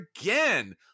again